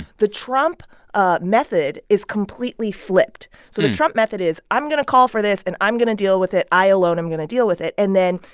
the trump ah method is completely flipped. so the trump method is, i'm going to call for this, and i'm going to deal with it i alone am going to deal with it. and then.